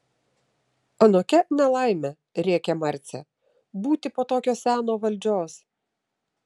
anokia ne laimė rėkė marcė būti po tokio seno valdžios